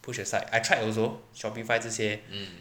push aside I tried also shopify 这些